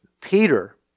Peter